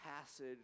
passage